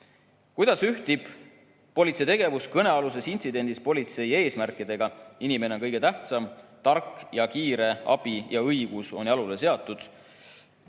"Kuidas ühtib politsei tegevus kõnealuses intsidendis politsei eesmärkidega – Inimene on kõige tähtsam, kiire ja tark abi ning õigus on jalule seatud?"